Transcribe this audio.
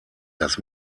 dass